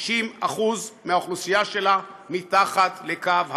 60% מהאוכלוסייה שלה מתחת לקו העוני.